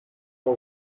for